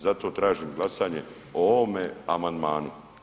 Zato tražim glasanje o ovome amandmanu.